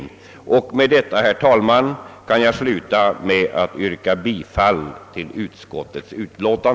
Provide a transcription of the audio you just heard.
Med dessa ord, herr talman, yrkar jag bifall till utskottets hemställan.